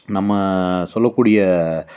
நம்ம சொல்லக்கூடிய